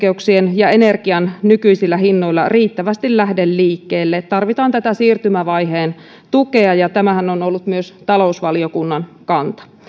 hankkeet eivät päästöoikeuksien ja energian nykyisillä hinnoilla riittävästi lähde liikkeelle tarvitaan tätä siirtymävaiheen tukea tämähän on ollut myös talousvaliokunnan kanta